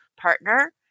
partner